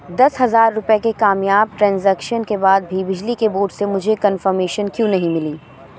دس ہزار روپے کے کامیاب ٹرانزیکشن کے بعد بھی بجلی کے بورڈ سے مجھے کنفرمیشن کیوں نہیں ملی